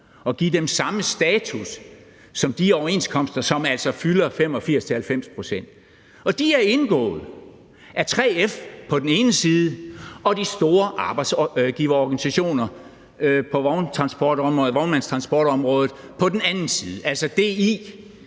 og give dem samme status som de overenskomster, som altså fylder 85-90 pct. Og de er indgået af 3F på den ene side og de store arbejdsgiverorganisationer på vognmandstransportområdet på den anden side, altså DI